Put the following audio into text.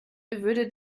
würde